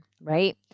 right